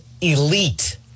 elite